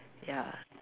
ya